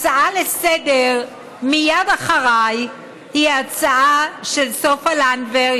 ההצעה לסדר-היום שמייד אחרי היא הצעה של סופה לנדבר,